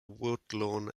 woodlawn